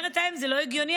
אומרת האם: זה לא הגיוני.